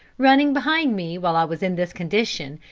running behind me, while i was in this condition,